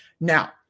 Now